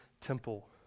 temple